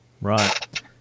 Right